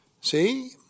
See